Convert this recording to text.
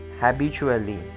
habitually